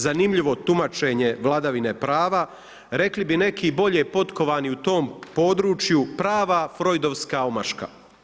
Zanimljivo tumačenje vladavine prava, rekli bi neki bolje potkovani u tom području prava, frojdovska omaška.